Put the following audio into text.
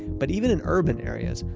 but even in urban areas,